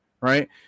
right